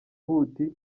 huti